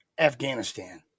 Afghanistan